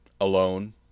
alone